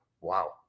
Wow